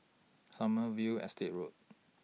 Sommerville Estate Road